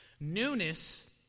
Newness